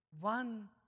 one